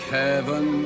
heaven